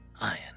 iron